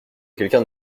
quelqu’un